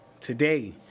today